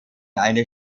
eine